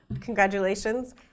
congratulations